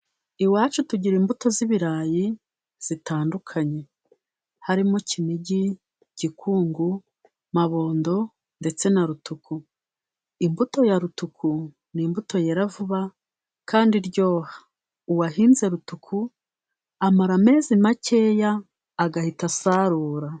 Iwacu tugira imbuto z'ibirayi zitandukanye harimo: kinigi, gikungu, mabondo, ndetse na rutuku. Imbuto ya rutuku ni imbuto yera vuba kandi iryoha. Uwahinze rutuku, amara amezi makeya agahita asarura.